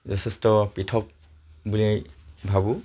যথেষ্ট পৃথক বুলিয়েই ভাবোঁ